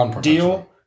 deal